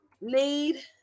need